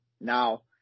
now